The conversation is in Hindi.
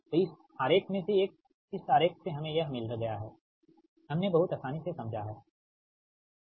तो इस आरेख में से एक इस आरेख से हमें यह मिल गया है हमने बहुत आसानी से समझा है ठीक